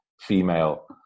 female